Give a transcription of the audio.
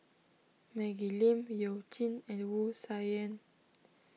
Maggie Lim You Jin and Wu Tsai Yen